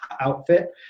outfit